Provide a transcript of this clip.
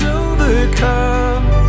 overcome